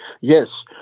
yes